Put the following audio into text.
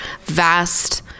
vast